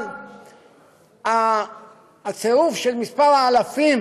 אבל הצירוף של כמה אלפים